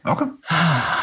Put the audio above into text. Okay